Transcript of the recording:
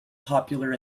popular